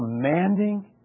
commanding